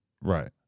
Right